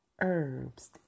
herbs